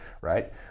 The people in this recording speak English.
right